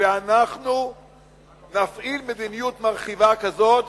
ואנחנו נפעיל מדיניות מרחיבה כזאת